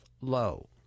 low